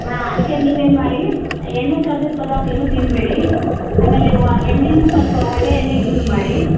ಹಾಂ ಅದಕ್ಕೆ ನೀವು ಏನು ಮಾಡಿ ಎಣ್ಣೆ ಕರ್ದಿದ್ದ ಪದಾರ್ಥ ಏನು ತಿನ್ನಬೇಡಿ ಆಮೇಲೆ ವ ಎಣ್ಣೇನು ಸ್ವಲ್ಪ ಒಳ್ಳೆಯ ಎಣ್ಣೆ ಯೂಸ್ ಮಾಡಿ